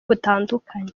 butandukanye